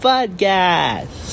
Podcast